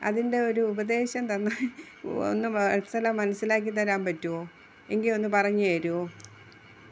അതിൻ്റെ ഒരു ഉപദേശം തന്നാൽ ഒന്ന് വത്സല മനസ്സിലാക്കിത്തരാൻ പറ്റുമോ എങ്കില് ഒന്ന് പറഞ്ഞുതരുമോ